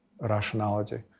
rationality